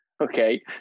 Okay